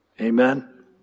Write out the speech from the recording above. Amen